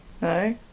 No